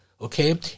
Okay